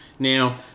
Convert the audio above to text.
Now